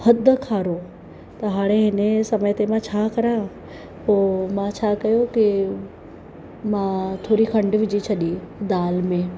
हदि खारो त हाणे हिन समय ते मां छा करा पोइ मां छा कयो की मां थोरी खंडु विझी छॾी दालि में